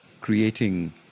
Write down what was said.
creating